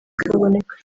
kaboneka